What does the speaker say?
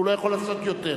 הוא לא יכול לעשות יותר.